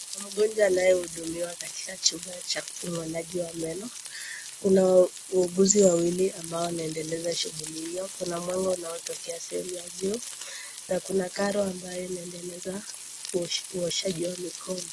Mgonjwa anayehudumiwa katika chumba cha ung'oleaji wa meno, kuna wauguzi wawili ambao wanaendeleza shughuli hiyo, kuna mwanga unaotokea sehemu ya juu, na kuna karo ambayo inaendeleza uoshaji wa mikono.